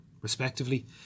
respectively